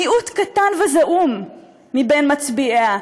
מיעוט קטן וזעום מבין מצביעיה,